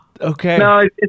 okay